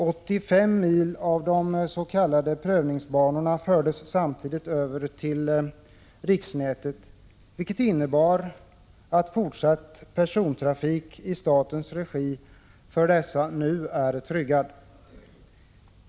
85 mil av de s.k. prövningsbanorna fördes samtidigt över till riksnätet, vilket innebar att fortsatt persontrafik i statens regi för dessa nu är tryggad.